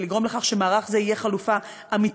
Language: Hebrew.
ולגרום לכך שמערך זה יהיה חלופה אמיתית